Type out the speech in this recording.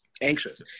anxious